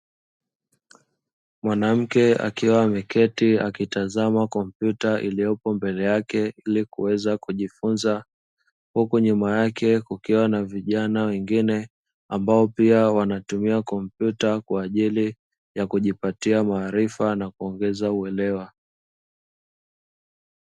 Mwanamke akiwa ameketi akitazama kompyuta iliyopombele yake ilikuweza kujifunza, huku nyuma yake kukiwepo na vijana wengine ambao pia wanatumia kompyuta kwa ajili ya kujipatia maarifa nakuongeza uelewa.